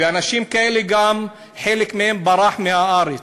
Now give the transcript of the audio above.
ואנשים כאלה, חלק מהם ברח מהארץ,